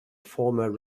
former